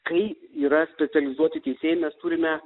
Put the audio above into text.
kai yra specializuoti teisėjai mes turime